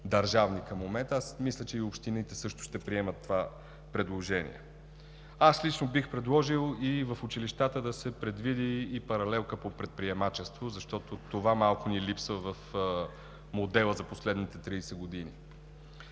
зони към момента, а мисля, че и общините също ще приемат това предложение. Аз лично бих предложил в училищата да се предвиди паралелка по предприемачество, защото това малко ни липсва в модела за последните 30 години.